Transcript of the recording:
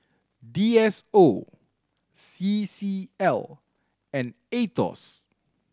D S O C C L and Aetos